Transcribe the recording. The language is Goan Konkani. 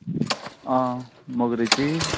आं मोगरेची